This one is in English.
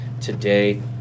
today